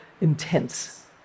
intense